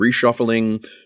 reshuffling